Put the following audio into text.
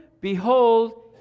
behold